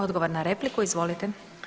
Odgovor na repliku, izvolite.